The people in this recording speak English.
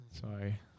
Sorry